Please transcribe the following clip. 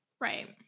right